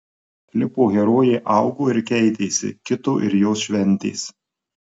klipo herojė augo ir keitėsi kito ir jos šventės